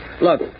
Look